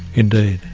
indeed.